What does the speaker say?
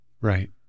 Right